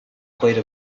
plate